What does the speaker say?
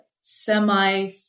semi